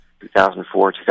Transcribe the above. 2004